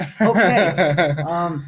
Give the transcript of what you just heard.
Okay